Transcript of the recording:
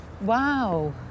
Wow